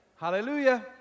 Hallelujah